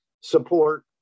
support